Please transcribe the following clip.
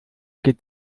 geht